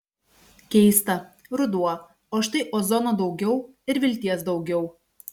keista ruduo o štai ozono daugiau ir vilties daugiau